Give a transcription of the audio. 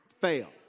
fail